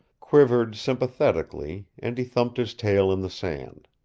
quivered sympathetically, and he thumped his tail in the sand.